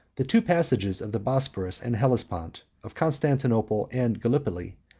the two passages of the bosphorus and hellespont, of constantinople and gallipoli,